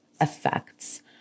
effects